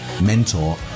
mentor